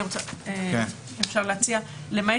אני רוצה להציע לגבי הסעיף הקודם: "למעט